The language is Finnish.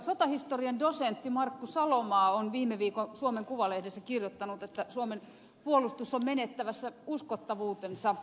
sotahistorian dosentti markku salomaa on viime viikon suomen kuvalehdessä kirjoittanut että suomen puolustus on menettämässä uskottavuutensa